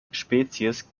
spezies